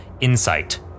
insight